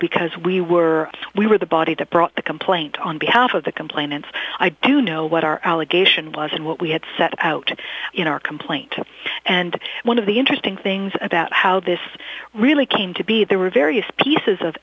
because we were we were the body that brought the complaint on behalf of the complainants i do know what our allegation was and what we had set out in our complaint and one of the interesting things about how this really came to be there were various pieces of